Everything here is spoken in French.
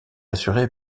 assurée